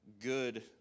good